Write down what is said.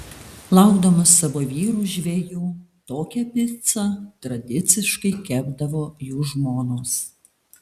laukdamos savo vyrų žvejų tokią picą tradiciškai kepdavo jų žmonos